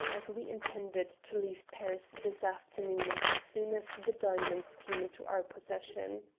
as we intended to leave paris this afternoon as soon as the diamonds came into our possession.